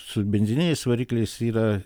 su benzininiais varikliais yra